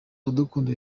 iradukunda